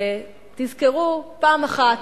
תזכרו פעם אחת,